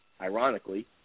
Ironically